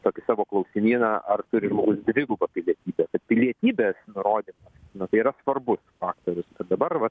tokį savo klausimyną ar turi žmogus dvigubą pilietybę kad pilietybės nurodymas nu tai yra svarbus faktorius kad dabar va